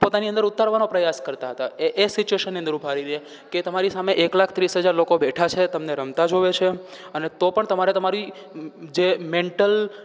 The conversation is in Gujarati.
પોતાની અંદર ઉતારવાનો પ્રયાસ કરતા હતા એ એ સિચ્યુસેનની અંદર ઊભા રહી રે કે તમારી સામે એક લાખ ત્રીસ હજાર લોકો બેઠા છે તમને રમતા જોવે છે અને તો પણ તમારે તમારી જે મેન્ટલ